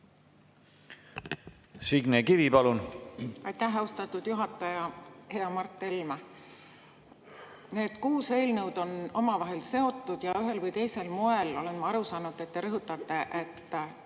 Signe Kivi, palun! Aitäh, austatud juhataja! Hea Mart Helme! Need kuus eelnõu on omavahel seotud ja ühel või teisel moel olen ma aru saanud, et te rõhutate, et